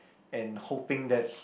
and hoping that